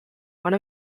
one